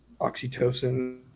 oxytocin